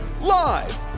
Live